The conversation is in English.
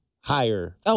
higher